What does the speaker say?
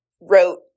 wrote